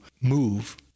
move